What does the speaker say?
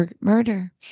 Murder